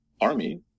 army